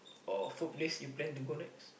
or food place you plan to go next